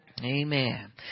amen